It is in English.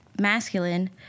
masculine